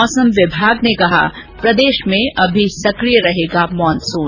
मौसम विभाग ने कहा प्रदेश में अभी सक्रिय रहेगा मॉनसून